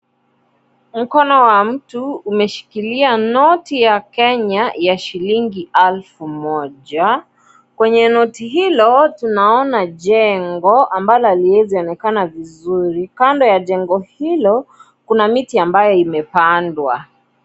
Mkono wa mtu umeshikilia noti ya Kenya ya shilingi alfu moja, kwenye noti hilo tunaona jengo ambalo haliwezi onekana vizuri kando ya jengo hilo kuna miti ambayo imepandwa.